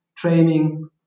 training